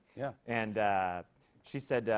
yeah. and she said,